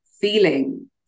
feeling